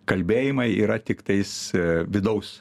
kalbėjimai yra tiktais vidaus